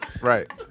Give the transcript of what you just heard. right